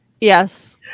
Yes